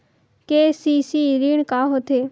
KCC ऋण का होथे?